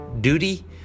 duty